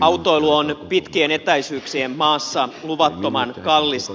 autoilu on pitkien etäisyyksien maassa luvattoman kallista